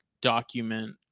document